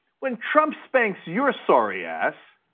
when trump spanks your sorry ass,